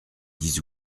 dix